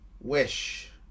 Wish